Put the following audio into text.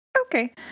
Okay